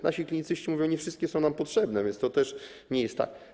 Nasi klinicyści mówią, że nie wszystkie są nam potrzebne, wiec to też nie jest tak.